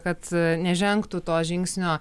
kad nežengtų to žingsnio